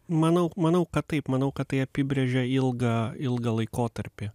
manau manau kad taip manau kad tai apibrėžia ilgą ilgą laikotarpį